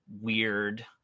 weird